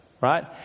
right